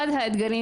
אחד האתגרים